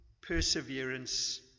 perseverance